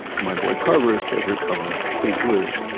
my boy carver's favorite color is blue.